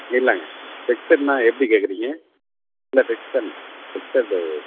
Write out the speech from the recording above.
இல்லங்க ஃபிக்ஸட்னால் எப்படி கேட்குறீங்க இல்லை ஃபிக்ஸட் ஃபிக்ஸடு